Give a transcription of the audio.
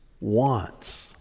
wants